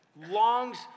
Longs